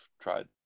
tried